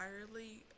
entirely